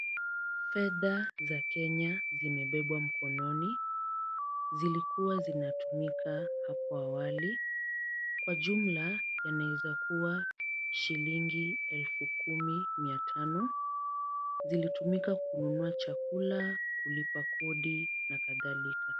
Fedha za kenya zimebebwa mkononi, zilikua zinatumika hapo awali, kwa jumla yanawezakua shilingi elfu kumi mia tano. Zilitumika kununua chakula, kulipa kodi na kadhalika.